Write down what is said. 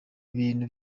bintu